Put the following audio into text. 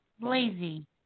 Lazy